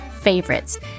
favorites